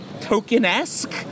token-esque